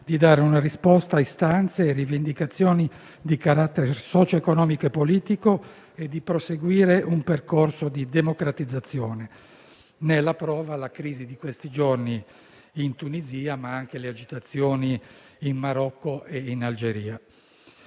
di dare una risposta a istanze e rivendicazioni di carattere socio-economico e politico e di proseguire un percorso di democratizzazione. Ne è la prova la crisi di questi giorni in Tunisia, ma anche le agitazioni in Marocco e in Algeria.